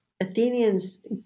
Athenians